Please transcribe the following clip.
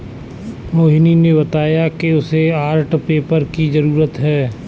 मोहिनी ने बताया कि उसे आर्ट पेपर की जरूरत है